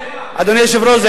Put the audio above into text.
אדוני היושב-ראש,